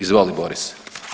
Izvoli Boris.